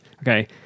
Okay